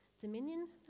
Dominion